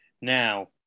now